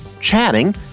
chatting